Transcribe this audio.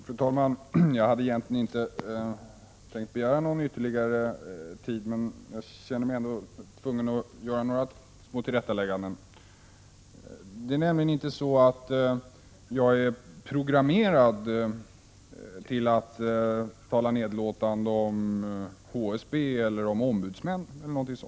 Fru talman! Jag hade egentligen inte tänkt begära ordet ytterligare, men jag känner mig tvungen att göra några små tillrättalägganden. Jag är nämligen inte programmerad till att tala nedlåtande om HSB eller ombudsmännen.